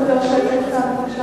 סליחה, אפשר קצת יותר שקט כאן בבקשה?